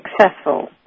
successful